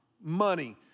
money